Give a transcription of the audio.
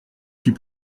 suis